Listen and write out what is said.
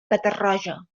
catarroja